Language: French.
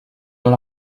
dans